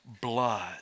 blood